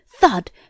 THUD